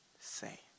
say